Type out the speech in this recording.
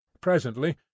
presently